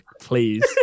please